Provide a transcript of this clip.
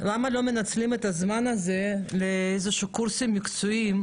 למה לא מנצלים את הזמן הזה לקורסים מקצועיים,